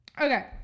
Okay